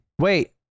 Wait